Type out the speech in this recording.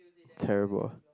terrible